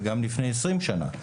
וגם לפני 20 שנה.